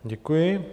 Děkuji.